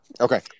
Okay